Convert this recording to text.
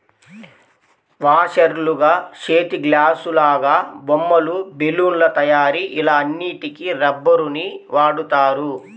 వాషర్లుగా, చేతిగ్లాసులాగా, బొమ్మలు, బెలూన్ల తయారీ ఇలా అన్నిటికి రబ్బరుని వాడుతారు